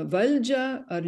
valdžią ar